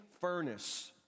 furnace